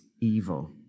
evil